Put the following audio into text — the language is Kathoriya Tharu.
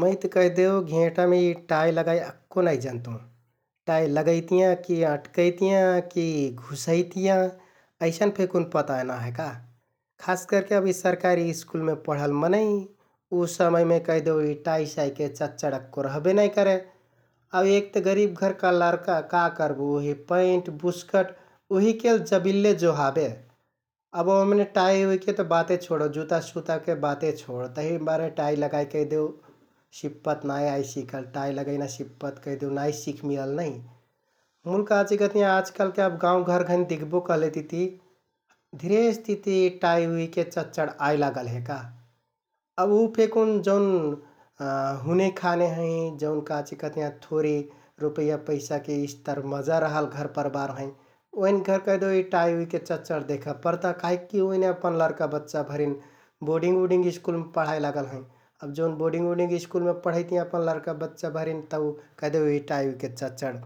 मैत कैहदेउ यि घेंटामे टाइ लगाइ अक्को नाइ जन्तुँ । टाइ लगैतियाँ, कि अँटकैतियाँ, कि घुसैतियाँ अइसन फेकुन पता नाइ हे का । खास करके अब यि सरकारी स्कुलमे पढल मनैं उ समयमे कैहदेउ यि टाइसाइके चच्चड अक्को रहबे नाइ करे आउ एक ते गरिब घरका लरका का करबो उहि पैंट, बुस्कट उहिकेल जब्लिल्ले जोहाबे । अब ओम्‍ने टाइउइके बाते छोडो, जुतासुताके बाते छोडो तहिमारे टाइ लगाइ कैहदेउ सिप्पत नाइ आइ सिकल । टाइ लगैना सिप्पत कैहदेउ नाइ सिखमिलल नै, मुल काचिकहतियाँ आजकालके अब गाउँघर घैंन दिख्बो कहलेतिति धिरेसतिति टाइउइके चच्चड आइ लागल हे का । अब उ फेकुन जौन हुने खाने हैं जौन काचिकहतियाँ थोरि रुपैयाँ, पैंसाके स्तर मजा रहल घरपरबार हैं । ओइन घर कैहदेउ यि टाइउइके चच्चड देखा परता काहिक कि ओइने अपन लरका, बच्चाभरिन बोर्डिङ्ग उडिङ्ग स्कुलमे पढाइ लागल हैं । जोन बोडिङ्ग उडिङ्ग स्कुलमे पढैतियाँ अपन लरका, बच्चाभरिन तौ कहिदेउ टाइउइके चच्चड